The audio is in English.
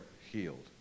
healed